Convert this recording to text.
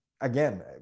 again